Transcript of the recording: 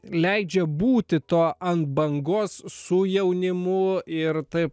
leidžia būti to ant bangos su jaunimu ir taip